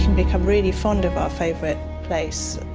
become really fond of our favorite place,